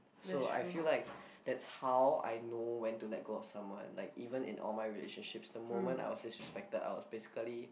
so I feel like that's how I know when to let go of someone even in all my relationships the moment I was disrespected I was basically